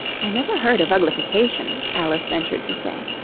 i never heard of uglification, alice ventured to say.